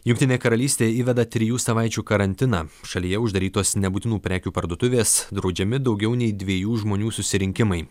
jungtinė karalystė įveda trijų savaičių karantiną šalyje uždarytos nebūtinų prekių parduotuvės draudžiami daugiau nei dviejų žmonių susirinkimai